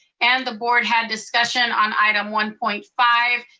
and the board had discussion on item one point five,